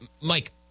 Mike